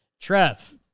Trev